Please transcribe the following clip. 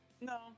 No